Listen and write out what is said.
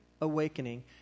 awakening